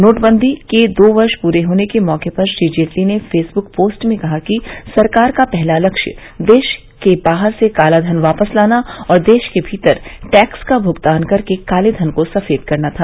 नोटबंदी के दो वर्ष पूरे होने के मौके पर श्री जेटली ने फेसबुक पोस्ट में कहा कि सरकार को पहला लक्ष्य देश के बाहर से कालाधन वापस लाना और देश के भीतर टैक्स का भुगतान करके कालेधन को सफेद करना था